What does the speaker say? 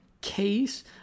case